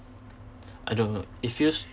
I don't know it feels